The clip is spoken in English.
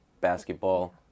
basketball